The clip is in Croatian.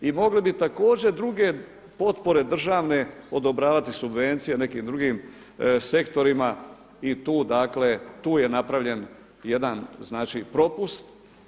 I mogli bi također druge potpore državne odobravati subvencije nekim drugim sektorima i tu dakle, tu je napravljen jedan znači propust.